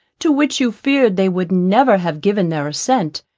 to which you feared they would never have given their assent,